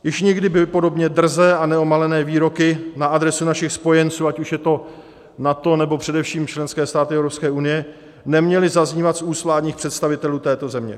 Již nikdy by podobně drzé a neomalené výroky na adresu našich spojenců, ať už je to NATO, nebo především členské státy Evropské unie, neměly zaznívat z úst vládních představitelů této země.